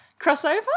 Crossover